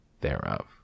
thereof